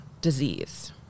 disease